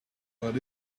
what